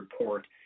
report